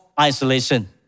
isolation